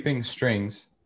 strings